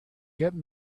get